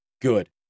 good